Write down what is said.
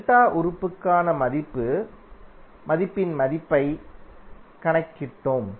delta உறுப்புக்கான மதிப்பின் மதிப்பை க் கணக்கிட்டோம்